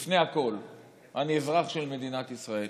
לפני הכול אני אזרח של מדינת ישראל.